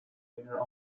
radar